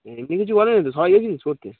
এমনি কিছু বলেনি তো সবাই গছিলি তো সরতে স করতেি